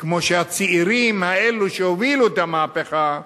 כמו שהצעירים האלה שהובילו את המהפכה,